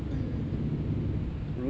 mm mm mm